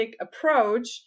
approach